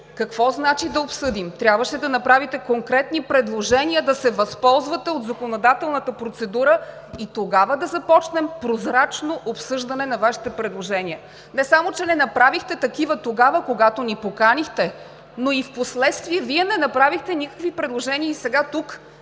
Какво значи „да обсъдим“?! Трябваше да направите конкретни предложения, да се възползвате от законодателната процедура и тогава да започнем прозрачно обсъждане на Вашите предложения. Не само че не направихте такива, когато ни поканихте, но и впоследствие Вие не направихте никакви предложения. И сега тук,